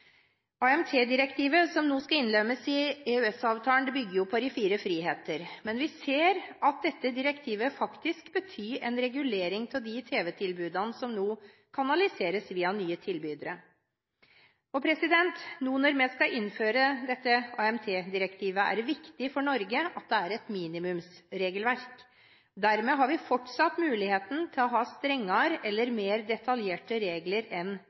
som nå skal innlemmes i EØS-avtalen, bygger jo på de fire friheter. Men vi ser at dette direktivet faktisk betyr en regulering av de tv-tilbudene som nå kanaliseres via nye tilbydere. Når vi nå skal innføre dette AMT-direktivet, er det viktig for Norge at det er et minimumsregelverk. Dermed har vi fortsatt muligheten til å ha strengere eller mer detaljerte regler enn